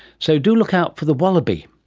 so do look out for the wallaby